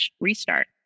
restart